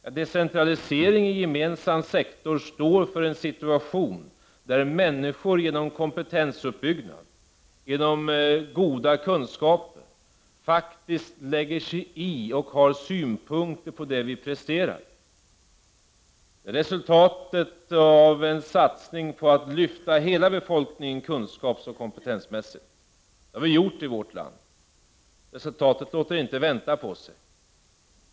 Ja, decentralisering i gemensam sektor står för en situation där människor genom kompetensuppbyggnad, genom goda kunskaper faktiskt lägger sig i och har synpunkter på det vi presterar. Det är resultatet av en satsning på att lyfta hela befolkningen kunskapsoch kompetensmässigt. Det har vi gjort i vårt land. Resultatet låter inte vänta på sig.